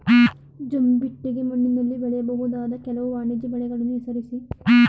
ಜಂಬಿಟ್ಟಿಗೆ ಮಣ್ಣಿನಲ್ಲಿ ಬೆಳೆಯಬಹುದಾದ ಕೆಲವು ವಾಣಿಜ್ಯ ಬೆಳೆಗಳನ್ನು ಹೆಸರಿಸಿ?